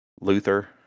Luther